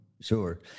Sure